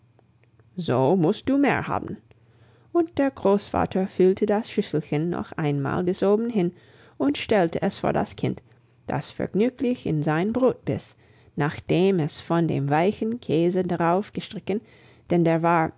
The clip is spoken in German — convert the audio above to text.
so musst du mehr haben und der großvater füllte das schüsselchen noch einmal bis oben hin und stellte es vor das kind das vergnüglich in sein brot biss nachdem es von dem weichen käse darauf gestrichen denn der war